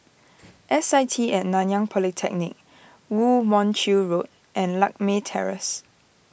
S I T and Nanyang Polytechnic Woo Mon Chew Road and Lakme Terrace